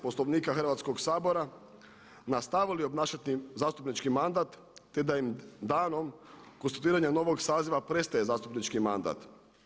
Poslovnika Hrvatskog sabora nastavili obnašati zastupnički mandata, te da im danom konstituiranja novog saziva prestaje zastupnički mandat.